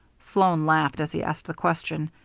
sloan laughed as he asked the question,